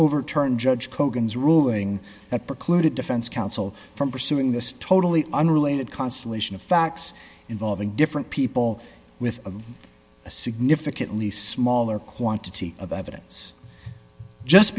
overturn judge kogan is ruling that precluded defense counsel from pursuing this totally unrelated constellation of facts involving different people with a significantly smaller quantity of evidence just